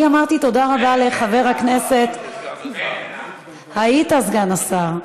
אני אמרתי תודה רבה לחבר הכנסת, הייתי סגן השר.